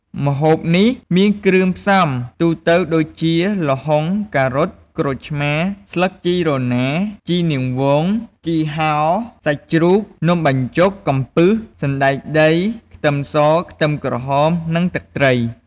ម្ហូបនេះមានគ្រឿងផ្សំទូទៅដូចជា ល្ហុង ការ៉ុត ក្រូចឆ្មា ស្លឹកជីរណា ជីនាងវង ជីហោរ សាច់ជ្រូក នំបញ្ចុក កំពឹស សណ្ដែកដី ខ្ទឹមស ខ្ទឹមក្រហម និងទឹកត្រី។